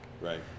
right